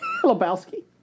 Lebowski